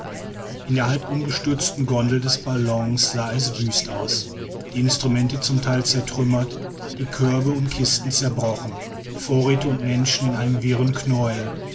in der halb umgestürzten gondel des ballons sah es wüst aus die instrumente zum teil zertrümmert die körbe und kisten zerbrochen vorräte und menschen in einem wirren knäuel